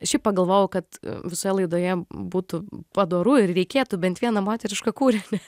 šiaip pagalvojau kad visoje laidoje būtų padoru ir reikėtų bent vieną moterišką kūrinį